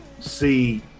see